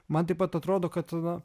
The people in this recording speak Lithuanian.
man taip pat atrodo kad na